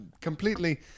completely